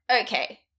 okay